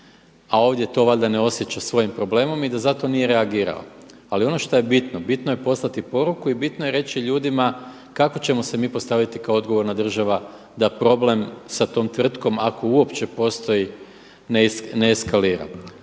a ovdje to valjda ne osjeća svojim problemom i da zato nije reagirao. Ali ono šta je bitno, bitno je poslati poruku i bitno je reći ljudima kako ćemo se mi postaviti kao odgovorna država da problem sa tom tvrtkom, ako uopće postoji ne eskalira.